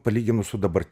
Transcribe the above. palyginus su dabar